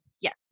Yes